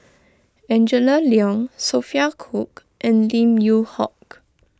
Angela Liong Sophia Cooke and Lim Yew Hock